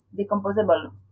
decomposable